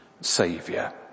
saviour